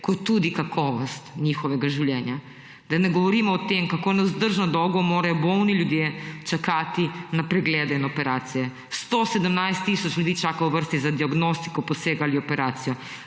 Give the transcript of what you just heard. kot tudi kakovost njihovega življenja. Da ne govorimo o tem, kako nevzdržno dolgo morajo bolni ljudje čakati na preglede in operacije. 117 tisoč ljudi čaka v vrsti za diagnostiko, poseg ali operacijo.